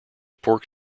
pork